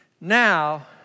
now